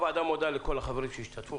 הוועדה מודה לכל החברים שהשתתפו,